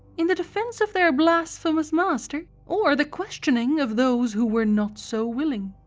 in the defence of their blasphemous master or the questioning of those who were not so willing?